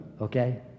okay